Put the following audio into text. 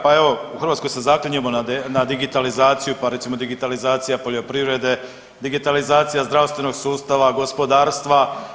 Pa evo i u Hrvatskoj se zaklinjemo na digitalizaciji, pa recimo digitalizacija poljoprivrede, digitalizacija zdravstvenog sustava, gospodarstva.